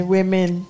Women